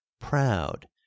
proud